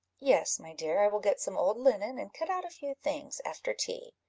yes, my dear i will get some old linen, and cut out a few things, after tea.